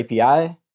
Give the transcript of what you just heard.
API